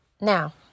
Now